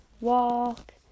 walk